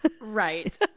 Right